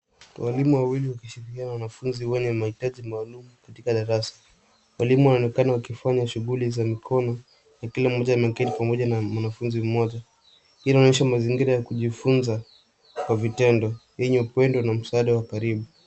Walimu wawili wakishirikiana na wanafunzi wenye mahitaji maalum katika darasa. Walimu wanaonekana wakifanya shughuli za mikono na kila mmoja ameketi pamoja na mwanafunzi mmoja. Hii inaonyesha mazingira ya kujifunza kwa vitendo vyenye upendo na msaada wa karibu.